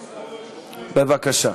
בבקשה.